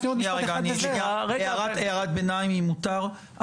הערת ביניים אם מותר.